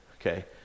okay